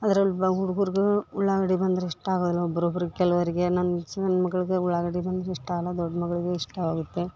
ಅದ್ರಲ್ಲಿ ಹುಡ್ಗುರ್ಗ ಉಳ್ಳಾಗಡಿ ಬಂದ್ರ ಇಷ್ಟ ಆಗಲ್ಲ ಒಬ್ರೊಬ್ರಿಗೆ ಕೆಲವರಿಗೆ ನನ್ನ ಸಣ್ಣ ಮಗ್ಳಿಗೆ ಉಳ್ಳಾಗಡಿ ಬಂದ್ರೆ ಇಷ್ಟ ಆಗಲ್ಲ ದೊಡ್ಡ ಮಗಳಿಗೂ ಇಷ್ಟ ಆಗುತ್ತೆ